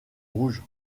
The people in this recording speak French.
rouge